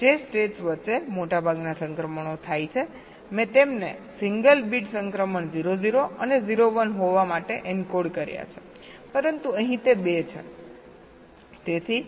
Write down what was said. જે સ્ટેટ્સ વચ્ચે મોટાભાગના સંક્રમણો થાય છે મેં તેમને સિંગલ બીટ સંક્રમણ 0 0 અને 0 1 હોવા માટે એન્કોડ કર્યા છે પરંતુ અહીં તે 2 છે